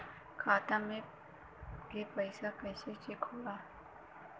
खाता में के पैसा कैसे चेक होला?